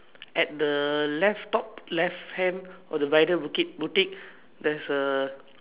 at the left top left hand of the bridal bouqite boutique theres a